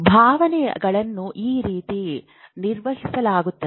ಭಾವನೆಗಳನ್ನು ಈ ರೀತಿ ನಿರ್ವಹಿಸಲಾಗುತ್ತದೆ